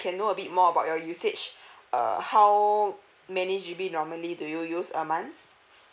can know a bit more about your usage err how many G_B normally do you use a month